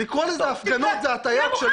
לקרוא לזה הפגנות זו הטעייה בפני עצמה.